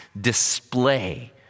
display